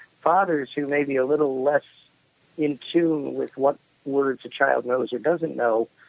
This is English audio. fathers, who may be a little less in tune with what words a child knows or doesn't know,